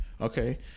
okay